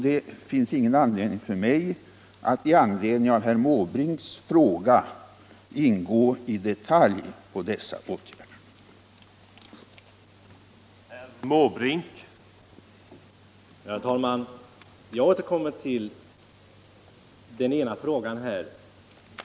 Det finns ingen anledning för mig att som svar på herr Måbrinks fråga ingå i detalj på dessa åtgärder.